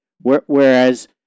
Whereas